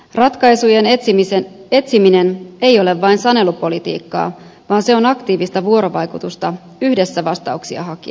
ratkaisujen etsiminen ei ole vain sanelupolitiikkaa vaan se on aktiivista vuorovaikutusta yhdessä vastauksia hakien